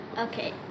Okay